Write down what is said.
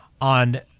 on